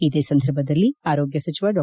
ಇದೇ ಸಂದರ್ಭದಲ್ಲಿ ಆರೋಗ್ಯ ಸಚಿವ ಡಾ